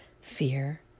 fear